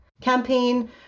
campaign